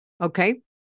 Okay